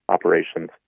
operations